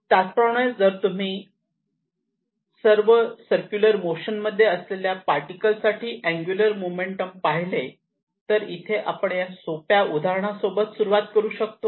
त्याचप्रमाणे जर तुम्ही सर्क्युलर मोशन मध्ये असलेल्या पार्टिकल साठी अँगुलर मोमेंटम पाहिले तर इथे आपण या सोप्या उदाहरणा सोबत सुरुवात करू शकतो